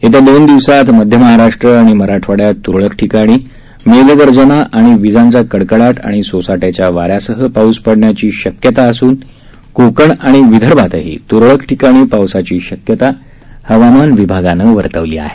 येत्या दोन दिवसात मध्य महाराष्ट्र आणि मराठवाङ्यात तुरळक ठिकाणी मेघगर्जना वीजांचा कडकडाट आणि सोसाट्याच्या वाऱ्यासह पाऊस पडण्याची शक्यता असून कोकण आणि विदर्भातही तुरळक ठिकाणी पावसाची शक्यता हवामान विभागानं वर्तवली आहे